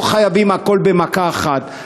לא חייבים הכול במכה אחת,